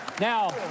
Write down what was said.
now